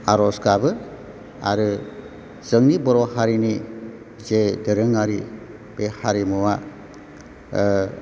आर'ज गाबो आरो जोंनि बर' हारिनि जे दोरोङारि बे हारिमुवा